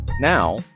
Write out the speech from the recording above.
Now